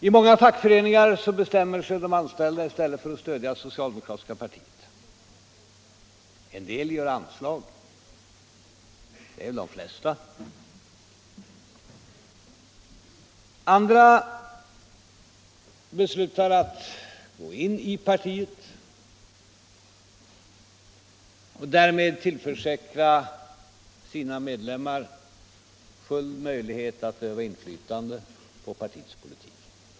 I många fackföreningar bestämmer sig de anställda i stället för att stödja det socialdemokratiska partiet. En del ger anslag — det är de flesta. Andra beslutar att gå in i partiet och därmed tillförsäkra sina medlemmar full möjlighet att öva inflytande på partiets politik.